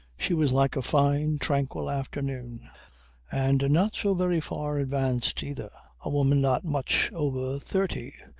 she was like a fine tranquil afternoon and not so very far advanced either. a woman not much over thirty,